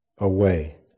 Away